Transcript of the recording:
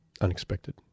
unexpected